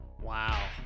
Wow